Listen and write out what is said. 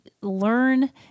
learn